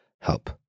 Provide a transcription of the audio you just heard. help